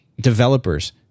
developers